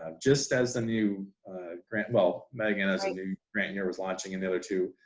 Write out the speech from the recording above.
um just as the new grant well meaghan as a new grant here was launching in the other two,